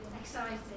excited